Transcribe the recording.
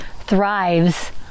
thrives